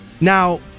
Now